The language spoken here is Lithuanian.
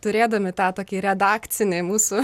turėdami tą tokį redakcinį mūsų